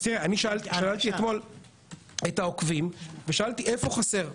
אני שאלתי אתמול את העוקבים איפה חסר.